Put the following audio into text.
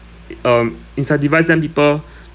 um incentivize their people